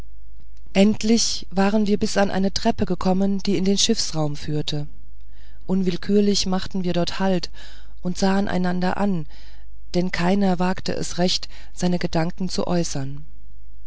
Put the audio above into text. endlich waren wir bis an eine treppe gekommen die in den schiffsraum führte unwillkürlich machten wir dort halt und sahen einander an denn keiner wagte es recht seine gedanken zu äußern